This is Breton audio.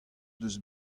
deus